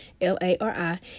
L-A-R-I